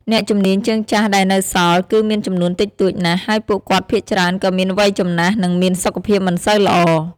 អ្នកជំនាញជើងចាស់ដែលនៅសល់ គឺមានចំនួនតិចតួចណាស់ ហើយពួកគាត់ភាគច្រើនក៏មានវ័យចំណាស់ និងមានសុខភាពមិនសូវល្អ។